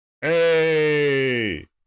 Hey